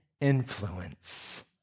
influence